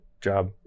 job